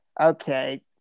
Okay